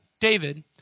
David